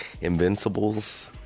Invincibles